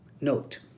Note